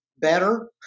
better